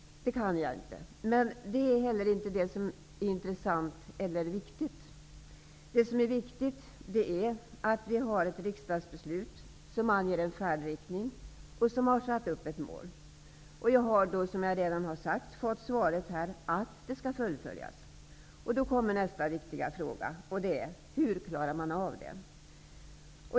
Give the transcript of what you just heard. Det är inte heller det som är intressant eller viktigt. Det viktiga är att vi har ett riksdagsbeslut som anger en färdriktning och ett mål. Och jag har nu fått svaret att beslutet skall fullföljas. Då kommer nästa viktiga fråga: Hur klarar man av det?